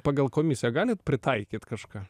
pagal komisiją galit pritaikyt kažką